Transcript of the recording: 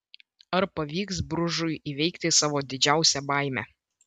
ar pavyks bružui įveikti savo didžiausią baimę